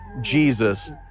Jesus